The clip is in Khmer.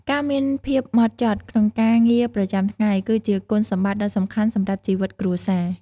ការមានភាពហ្មត់ចត់ក្នុងការងារប្រចាំថ្ងៃ គឺជាគុណសម្បត្តិដ៏សំខាន់សម្រាប់ជីវិតគ្រួសារ។